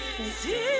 see